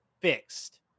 fixed